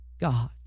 God